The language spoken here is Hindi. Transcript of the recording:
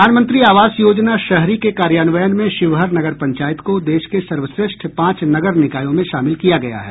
प्रधानमंत्री आवास योजना शहरी के कार्यान्वयन में शिवहर नगर पंचायत को देश के सर्वश्रेष्ठ पांच नगर निकायों में शामिल किया गया है